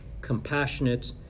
compassionate